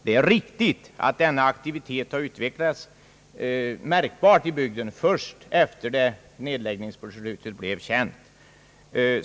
Det är riktigt att denna aktivitet har utvecklats märkbart i bygden först sedan nedläggningsbeslutet blev känt.